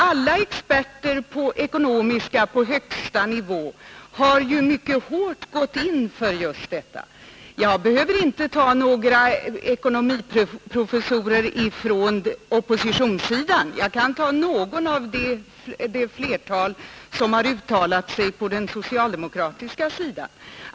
Alla experter på högsta ekonomiska nivå har uttalat sig mycket starkt för ett inflationsskydd i skattesystemet. Jag behöver inte citera ekonomiprofessorer från oppositionssidan. Jag kan ta någon av det flertal som har uttalat sig på den socialdemokratiska sidan.